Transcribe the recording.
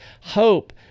Hope